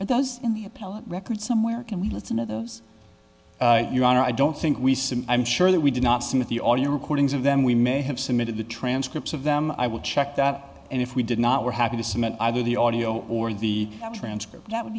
appellate record somewhere can we listen to those your honor i don't think we simply i'm sure that we did not some of the all your recordings of them we may have submitted the transcripts of them i will check that and if we did not we're happy to cement either the audio or the transcript that would